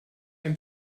ein